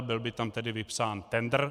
Byl by tam tedy vypsán tendr.